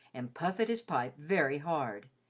and puff at his pipe very hard,